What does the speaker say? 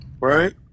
Right